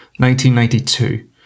1992